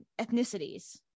ethnicities